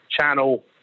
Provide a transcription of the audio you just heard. channel